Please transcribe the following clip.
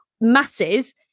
masses